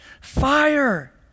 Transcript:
Fire